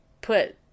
put